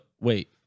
wait